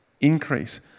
increase